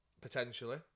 potentially